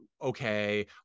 okay